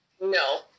No